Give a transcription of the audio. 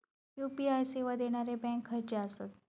UPI सेवा देणारे bank खयचे आसत?